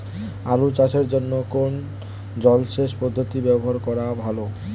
আলু চাষের জন্য কোন জলসেচ পদ্ধতি ব্যবহার করা ভালো?